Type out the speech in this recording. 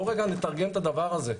בואו רגע נתרגם את הדבר הזה.